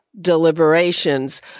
Deliberations